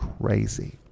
crazy